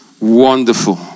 wonderful